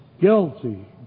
Guilty